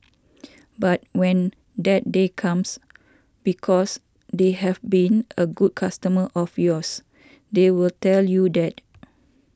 but when that day comes because they have been a good customer of yours they will tell you that